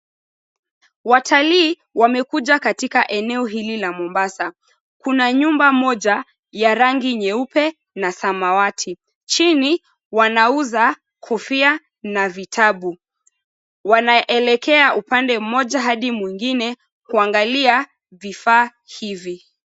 Watalii wamekuja katika eneo hili la Mombasa. Kuna nyumba moja ya rangi nyeupe na samawati. Chini, wanauza kofia na vitabu. Wanaelekea upande mmoja hadi mwingine kuangalia vifaa hivi.